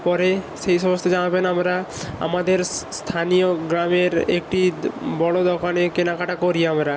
পরে সেই সমস্ত জামা প্যান্ট আমরা আমাদের স্থানীয় গ্রামের একটি দো বড়ো দোকানে কেনাকাটা করি আমরা